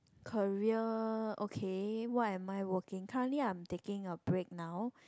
career okay what am I working currently I am taking a break now